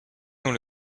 dans